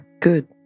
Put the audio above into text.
good